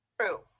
True